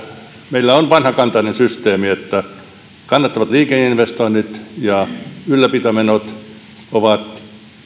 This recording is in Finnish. meillä on vanhakantainen systeemi kannattavat liikenneinvestoinnit ja ylläpitomenot ovat